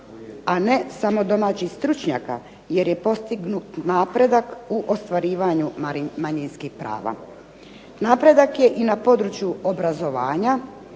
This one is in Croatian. a ne samo domaćih stručnjaka jer je postignut napredak u ostvarivanju manjinskih prava. Napredak je i na području obrazovanja